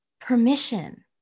permission